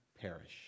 perish